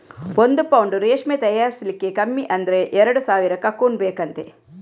ಒಂದು ಪೌಂಡು ರೇಷ್ಮೆ ತಯಾರಿಸ್ಲಿಕ್ಕೆ ಕಮ್ಮಿ ಅಂದ್ರೆ ಎರಡು ಸಾವಿರ ಕಕೂನ್ ಬೇಕಂತೆ